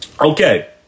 Okay